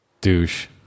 Douche